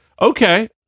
Okay